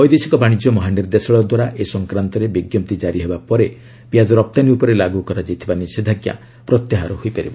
ବୈଦେଶିକ ବାଣିଜ୍ୟ ମହାନିର୍ଦ୍ଦେଶାଳୟ ଦ୍ୱାରା ଏ ସଂକ୍ରାନ୍ତରେ ବିଜ୍ଞପ୍ତି ଜାରି ହେବା ପରେ ପିଆଜ ରପ୍ତାନୀ ଉପରେ ଲାଗୁ କରାଯାଇଥିବା ନିଷେଧାଞ୍କା ପ୍ରତ୍ୟାହାର ହୋଇପାରିବ